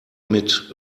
mit